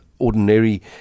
ordinary